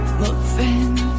moving